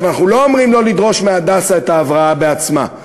אנחנו לא אומרים לא לדרוש מ"הדסה" את ההבראה בעצמה.